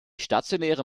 stationäre